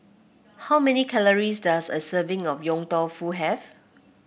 how many calories does a serving of Yong Tau Foo have